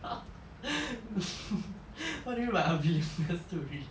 !huh! what do you mean by are billionaires too rich